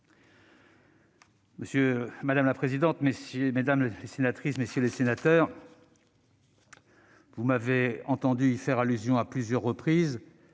Madame la présidente, mesdames les sénatrices, messieurs les sénateurs, vous m'avez entendu y faire allusion à plusieurs reprises,